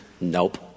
Nope